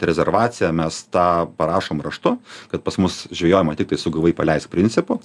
rezervaciją mes tą parašom raštu kad pas mus žvejojama tiktai sugavai paleisk principu